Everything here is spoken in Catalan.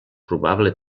probable